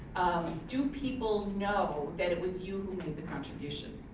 do people know that it was you contribution?